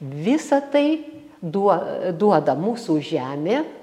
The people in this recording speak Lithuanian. visa tai duo duoda mūsų žemė